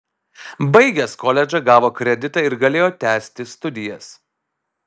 baigęs koledžą gavo kreditą ir galėjo tęsti studijas